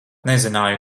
nezināju